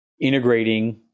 integrating